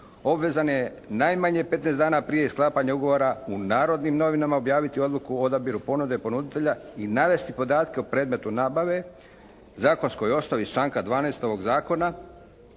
obvezan je najmanje 15 dana prije sklapanja ugovora u "Narodnim novinama" objaviti odluku o odabiru ponude ponuditelja i navesti podatke o predmetu nabave zakonskoj osnovi iz članka 12. ovog